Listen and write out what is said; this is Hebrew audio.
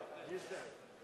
נתקבלה.